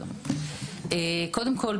קודם כל,